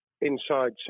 inside